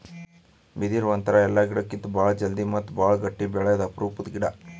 ಬಿದಿರ್ ಒಂಥರಾ ಎಲ್ಲಾ ಗಿಡಕ್ಕಿತ್ತಾ ಭಾಳ್ ಜಲ್ದಿ ಮತ್ತ್ ಭಾಳ್ ಗಟ್ಟಿ ಬೆಳ್ಯಾದು ಅಪರೂಪದ್ ಗಿಡಾ